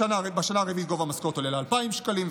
בשנה הרביעית גובה המשכורת עולה ל-2,000 שקלים,